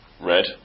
Red